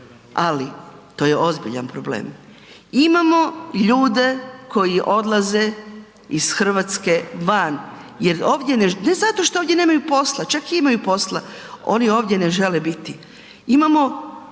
Ali, to je ozbiljan problem. Imamo ljude koji odlaze iz Hrvatske van jer ovdje ne, ne zato što ovdje nemaju posla, čak imaju posla. Oni ovdje ne žele biti. Imamo